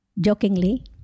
jokingly